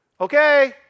Okay